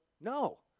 No